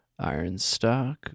Ironstock